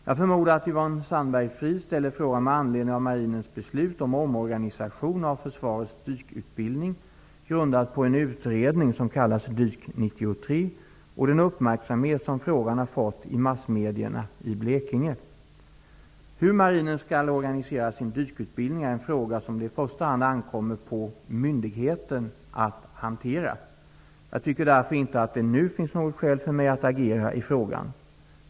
Jag förmodar att Yvonne Sandberg-Fries ställer frågan med anledning av Marinens beslut om organisationen av försvarets dykutbildning, grundat på en utredning som kallas Dyk-93, och den uppmärksamhet som frågan har fått i massmedierna i Blekinge. Hur Marinen skall organisera sin dykutbildning är en fråga som det i första hand ankommer på myndigheten att hantera. Jag tycker därför inte att det nu finns något skäl för mig att agera i frågan.